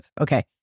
Okay